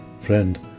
Friend